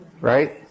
right